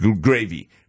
gravy